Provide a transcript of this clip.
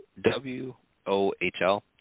W-O-H-L